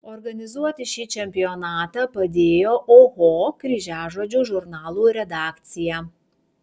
organizuoti šį čempionatą padėjo oho kryžiažodžių žurnalų redakcija